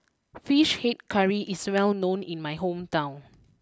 Fish Head Curry is well known in my hometown